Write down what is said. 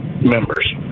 members